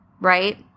right